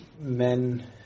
men